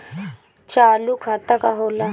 चालू खाता का होला?